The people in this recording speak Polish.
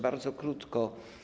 Bardzo krótko.